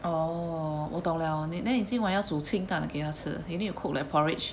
oh 我懂了那那你今晚要煮清淡的给他吃 you need to cook like porridge